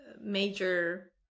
major